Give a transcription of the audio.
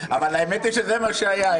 אם זה מה שרצית.